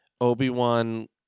Obi-Wan